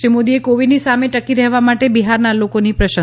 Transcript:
શ્રી મોદીએ કોવિડની સામે ટકી રહેવા માટે બિહારના લોકોની પ્રશંસા કરી હતી